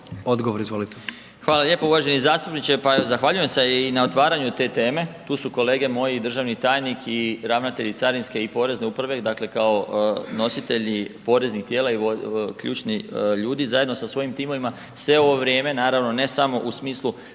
Zdravko** Hvala lijepo uvaženi zastupniče. Pa zahvaljujem se i na otvaranju te teme. Tu su kolege moji državni tajnik i ravnatelj i carinske i porezne uprave, dakle kao nositelji poreznih tijela i ključni ljudi zajedno sa svojim timovima, sve ovo vrijeme, naravno ne samo u smislu